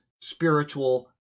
spiritual